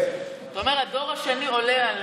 אתה אומר: הדור השני עולה.